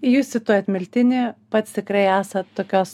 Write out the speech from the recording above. jūs cituojat miltinį pats tikrai esat tokios